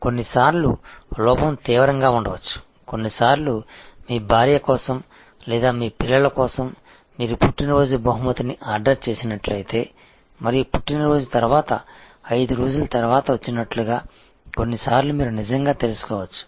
కానీ కొన్నిసార్లు లోపం తీవ్రంగా ఉండవచ్చు కొన్నిసార్లు మీ భార్య కోసం లేదా మీ పిల్లల కోసం మీరు పుట్టినరోజు బహుమతిని ఆర్డర్ చేసినట్లయితే మరియు పుట్టినరోజు తర్వాత 5 రోజుల తర్వాత వచ్చినట్లుగా కొన్నిసార్లు మీరు నిజంగా తెలుసుకోవచ్చు